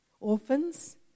orphans